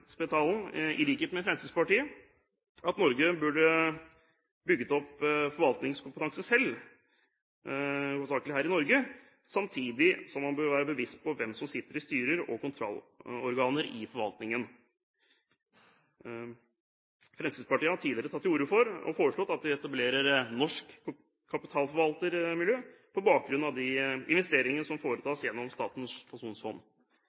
Spetalen, i likhet med Fremskrittspartiet, at Norge burde ha bygget opp forvaltningskompetanse selv, hovedsakelig her i Norge, samtidig som man bør være seg bevisst hvem som sitter i styrer og kontrollorganer i forvaltningen. Fremskrittspartiet har tidligere tatt til orde for og foreslått at vi etablerer et norsk kapitalforvaltermiljø på bakgrunn av de investeringene som foretas gjennom Statens pensjonsfond,